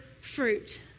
fruit